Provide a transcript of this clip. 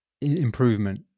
improvement